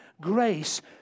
grace